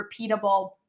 repeatable